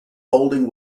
holding